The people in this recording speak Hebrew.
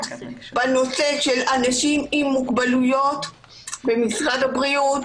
בנושא של אנשים עם מוגבלויות במשרד הבריאות